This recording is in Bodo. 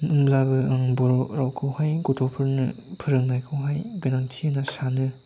होमब्लाबो आं बर'खौहाय गथ'फोरनो फोरोंनायखौहाय गोनांथि होनना सानो